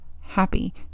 happy